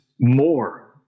more